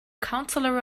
counselor